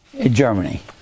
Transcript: Germany